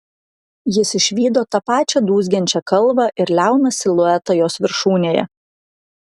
jis išvydo tą pačią dūzgiančią kalvą ir liauną siluetą jos viršūnėje